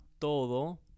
todo